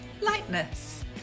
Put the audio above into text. lightness